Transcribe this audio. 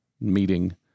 meeting